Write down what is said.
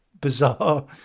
bizarre